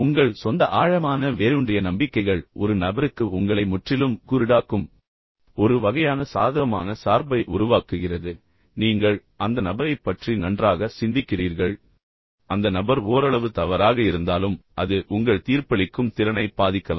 உங்கள் சொந்த ஆழமான வேரூன்றிய நம்பிக்கைகள் ஒரு நபருக்கு உங்களை முற்றிலும் குருடாக்கும் பின்னர் ஒரு வகையான சாதகமான சார்பை உருவாக்குகிறது நீங்கள் அந்த நபரைப் பற்றி நன்றாக சிந்திக்கிறீர்கள் அந்த நபர் ஓரளவு தவறாக இருந்தாலும் அது உங்கள் தீர்ப்பளிக்கும் திறனை பாதிக்கலாம்